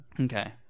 Okay